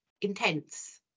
intense